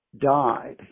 died